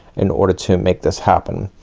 in order to make this happen.